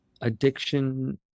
addiction